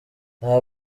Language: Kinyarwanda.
nta